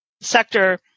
sector